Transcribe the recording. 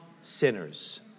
sinners